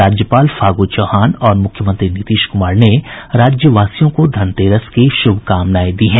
राज्यपाल फागू चौहान और मुख्यमंत्री नीतीश कुमार ने राज्यवासियों को धनतेरस की शुभकामनाएं दी है